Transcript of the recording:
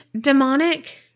demonic